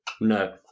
No